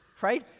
right